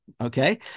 okay